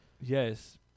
yes